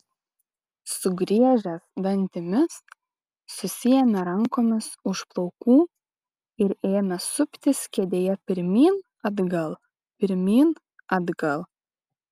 sugriežęs dantimis susiėmė rankomis už plaukų ir ėmė suptis kėdėje pirmyn atgal pirmyn atgal